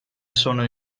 sono